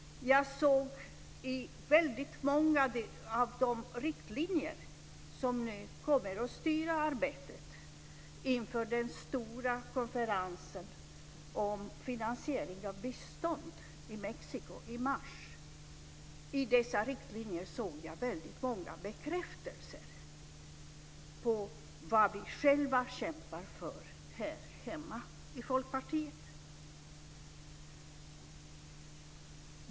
Jag såg i väldigt många av de riktlinjer som nu kommer att styra arbetet inför den stora konferensen om finansiering och bistånd i Mexiko i mars väldigt många bekräftelser på vad vi själva kämpar för här hemma i Folkpartiet.